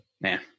man